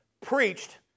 preached